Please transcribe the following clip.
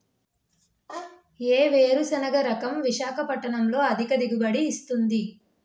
ఏ వేరుసెనగ రకం విశాఖపట్నం లో అధిక దిగుబడి ఇస్తుంది?